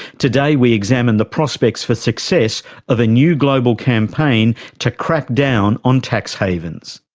today we examine the prospects for success of a new global campaign to crack down on tax havens.